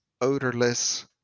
odorless